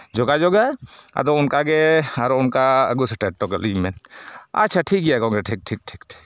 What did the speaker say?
ᱡᱳᱜᱟᱡᱳᱜᱟ ᱟᱫᱚ ᱚᱱᱠᱟᱜᱮ ᱟᱨᱚ ᱚᱱᱠᱟ ᱟᱹᱜᱩ ᱥᱮᱴᱮᱨ ᱠᱟᱹᱞᱤᱧ ᱢᱮ ᱟᱪᱪᱷᱟ ᱴᱷᱤᱠ ᱜᱮᱭᱟ ᱜᱚᱢᱠᱮ ᱴᱷᱤᱠ ᱴᱷᱤᱠ